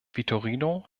vitorino